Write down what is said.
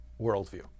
worldview